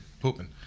pooping